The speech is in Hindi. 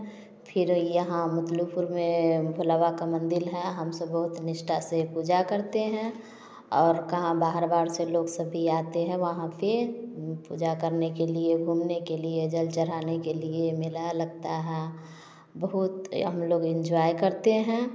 फिर यहाँ मतलूपुर में मुकुलवा का मंदिर है हम सब बहुत निष्ठा से पूजा करते हैं और कहाँ बाहर बाहर से लोग सभी आते हैं वहाँ पर पूजा करने के लिए घूमने के लिए जल चढ़ाने के लिए मेला लगता है बहुत हम लोग इंजॉय करते हैं